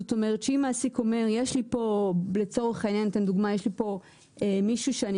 זאת אומרת שאם מעסיק אומר 'יש לי פה מישהו שאני